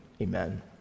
amen